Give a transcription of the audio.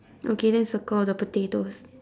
okay then circle the potatoes